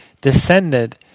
descended